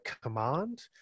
command